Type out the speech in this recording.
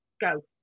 go